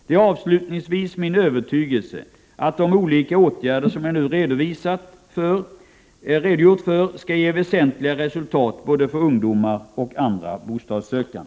Det är avslutningsvis min övertygelse att de olika åtgärder som jag nu har redogjort för skall ge väsentliga resultat för både ungdomar och andra bostadssökande.